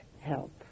help